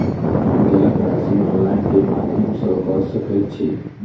हम जलक राशि ऑनलाइन केँ माध्यम सँ कऽ सकैत छी?